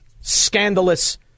scandalous